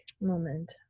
moment